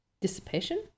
dissipation